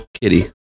kitty